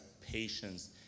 patience